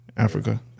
Africa